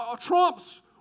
trumps